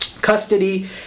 custody